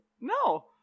no